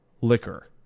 liquor